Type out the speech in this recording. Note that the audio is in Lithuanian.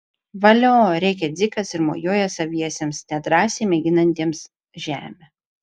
valio rėkia dzikas ir mojuoja saviesiems nedrąsiai mėginantiems žemę